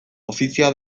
ofizioa